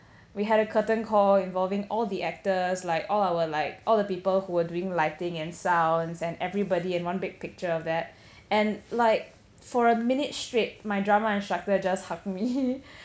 we had a curtain call involving all the actors like all our like all the people who are doing lighting and sounds and everybody in one big picture of that and like for a minute straight my drama instructor just hugged me